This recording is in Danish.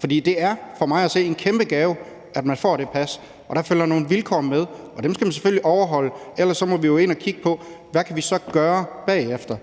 For det er for mig at se en kæmpe gave, at man får det pas, og der følger nogle vilkår med, og dem skal man selvfølgelig overholde; ellers må vi jo ind at kigge på, hvad vi så kan gøre, bagefter.